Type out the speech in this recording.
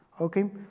Okay